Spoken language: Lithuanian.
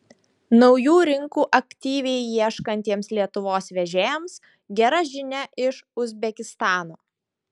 naujų rinkų aktyviai ieškantiems lietuvos vežėjams gera žinia iš uzbekistano